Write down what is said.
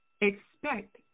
expect